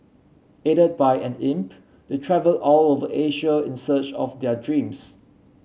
aided by an imp they travel all over Asia in search of their dreams